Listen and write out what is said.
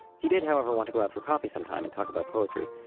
he did however want to go out for coffee sometime and talk about poetry.